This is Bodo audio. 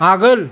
आगोल